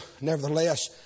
Nevertheless